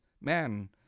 man